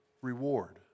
reward